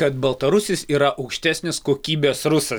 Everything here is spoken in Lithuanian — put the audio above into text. kad baltarusis yra aukštesnės kokybės rusas